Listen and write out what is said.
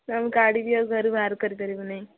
ଆମେ ଗାଡ଼ିକି ଆଉ ଘରେ ବାହାର କରିପାରିବୁ ନାହିଁ